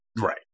Right